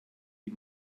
die